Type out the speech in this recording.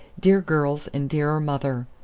dear girls and dearer mother!